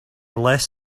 less